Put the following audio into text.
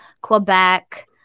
Quebec